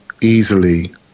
easily